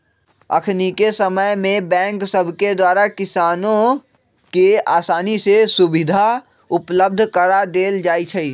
अखनिके समय में बैंक सभके द्वारा किसानों के असानी से सुभीधा उपलब्ध करा देल जाइ छइ